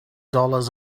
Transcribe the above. dollars